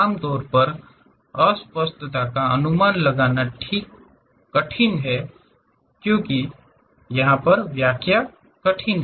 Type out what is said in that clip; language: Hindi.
आमतौर पर अस्पष्टता का अनुमान लगाना कठिन है या व्याख्या करना कठिन है